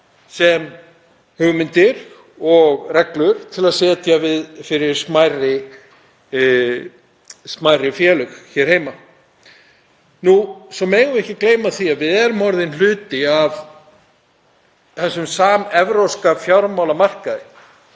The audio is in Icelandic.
sem hugmyndir og reglur til að setja fyrir smærri félög hér heima. Svo megum við ekki gleyma því að við erum orðin hluti af samevrópskum fjármálamarkaði